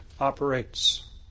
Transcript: operates